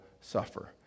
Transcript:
suffer